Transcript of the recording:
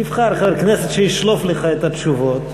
תבחר חבר כנסת שישלוף לך את התשובות.